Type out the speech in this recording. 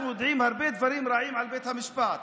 אנחנו יודעים הרבה דברים רעים על בית המשפט,